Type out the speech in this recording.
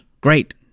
Great